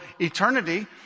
eternity